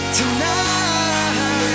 tonight